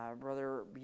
Brother